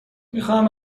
میخواهم